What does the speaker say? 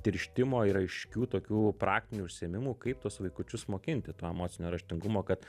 tirštimo ir aiškių tokių praktinių užsiėmimų kaip tuos vaikučius mokinti to emocinio raštingumo kad